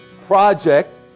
project